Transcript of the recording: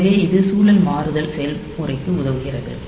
எனவே இது சூழல் மாறுதல் செயல்முறைக்கு உதவுகிறது